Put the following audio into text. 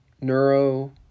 neuro